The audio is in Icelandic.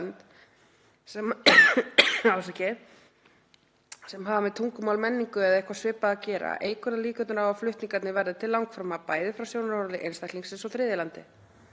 sem hafa með tungumál, menningu eða eitthvað svipað að gera — eykur það líkurnar á því að flutningarnir verði til langframa, bæði frá sjónarhóli einstaklingsins og þriðja landsins.